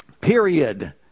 period